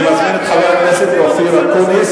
אני מזמין את חבר הכנסת אופיר אקוניס,